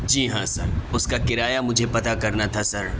جی ہاں سر اس کا کرایہ مجھے پتہ کرنا تھا سر